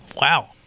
Wow